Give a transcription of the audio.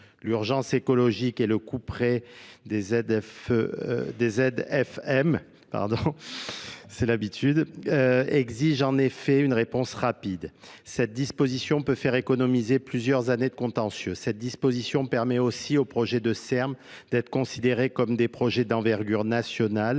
l'urgence écologique et le des F-des F m par c'est l'habitude, exige en effet une réponse rapide. Cette disposition peut faire économiser plusieurs années de contentieux Cette disposition permett aussi aux projets de E R M d'être considérés comme des projets d'envergure nationale